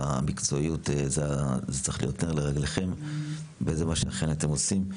מקצועיות זה צריך להיות נר לרגליכם וזה מה שאכן אתם עושים.